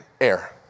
air